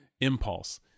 Impulse